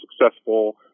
successful